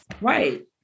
right